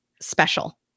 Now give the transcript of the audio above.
special